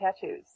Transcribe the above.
tattoos